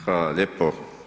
Hvala lijepo.